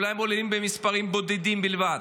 אולי הם עולים במספרים בודדים בלבד.